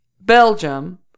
Belgium